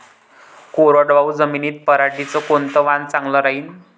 कोरडवाहू जमीनीत पऱ्हाटीचं कोनतं वान चांगलं रायीन?